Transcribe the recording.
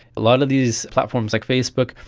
a lot of these platforms like facebook,